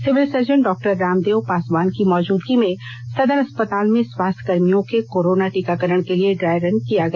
civil surgeon doctor Ramdev Paswan की मौजूदगी में सदर अस्पताल में स्वास्थ्य कर्मियों के कोरोना टीकाकरण के लिए ड्राय रन कराया गया